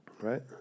Right